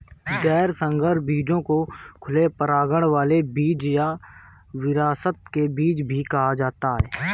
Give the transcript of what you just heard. गैर संकर बीजों को खुले परागण वाले बीज या विरासत के बीज भी कहा जाता है